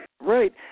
right